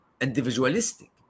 individualistic